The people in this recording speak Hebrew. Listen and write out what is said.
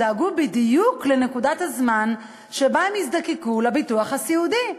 הם דאגו בדיוק לנקודת הזמן שבה הם יזדקקו לביטוח הסיעודי.